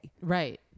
Right